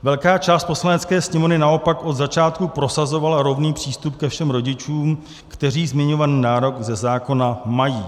Velká část Poslanecké sněmovny naopak od začátku prosazovala rovný přístup ke všem rodičům, kteří zmiňovaný nárok ze zákona mají.